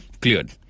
cleared